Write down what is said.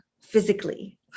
physically